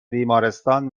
بیمارستان